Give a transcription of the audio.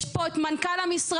יש פה את מנכ"ל המשרד,